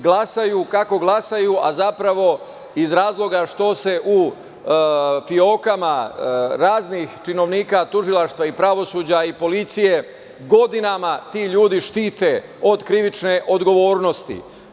Glasaju kako glasaju, a zapravo iz razloga što se u fiokama raznih činovnika tužilaštva i pravosuđa i policije godinama ti ljudi štite od krivične odgovornosti.